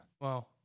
Wow